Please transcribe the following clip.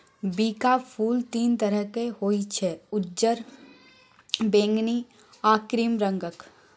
बिंका फुल तीन तरहक होइ छै उज्जर, बैगनी आ क्रीम रंगक